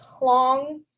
long